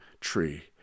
tree